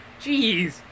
Jeez